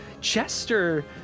Chester